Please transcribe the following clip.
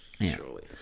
surely